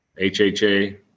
HHA